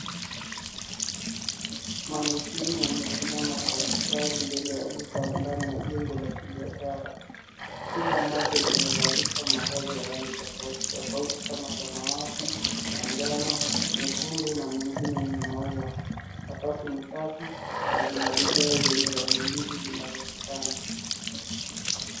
Manikini wamesimama kwa mstari, mbele ya duka, ndani ya jengo la kibiashara. Kila moja limevalishwa mavazi ya rangi tofauti tofauti kama samawati, manjano, nyekundu, na mengine yenye maua. Sakafu ni safi, na vina vigae venye rangi mbili zinazopishana.